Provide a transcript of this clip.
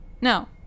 No